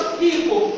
people